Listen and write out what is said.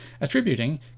attributing